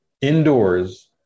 indoors